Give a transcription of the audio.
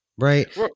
Right